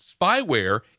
Spyware